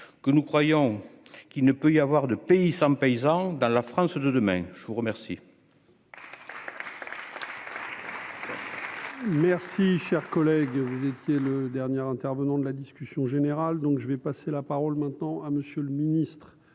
que nous croyons qu'il ne peut y avoir de pays sans paysans dans la France de demain, je vous remercie.